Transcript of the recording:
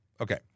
Okay